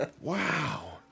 Wow